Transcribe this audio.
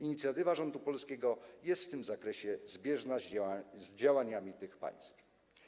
Inicjatywa rządu polskiego jest w tym zakresie zbieżna z działaniami tych państw.